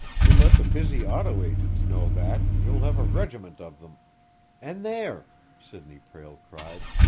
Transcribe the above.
you let the busy auto agents know that, and you'll have a regiment of them and there! sidney prale cried.